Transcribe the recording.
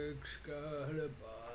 Excalibur